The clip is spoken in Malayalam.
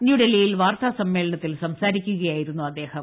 ന്യൂഡൽഹിയിൽ വാർത്താസമ്മേളന ത്തിൽ സംസാരിക്കുക യായിരുന്നു അദ്ദേഹം